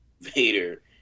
Vader